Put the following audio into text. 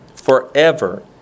forever